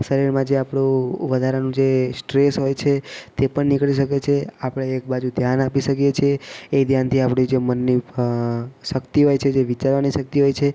શરીરમાં જે આપણું વધારાનું જે સ્ટ્રેસ હોય છે તે પણ નીકળી શકે છે આપણે એકબાજુ ધ્યાન આપી શકીએ છીએ એ ધ્યાનથી આપણી જે મનની શક્તિ હોય છે જે વિચારવાની શક્તિ હોય છે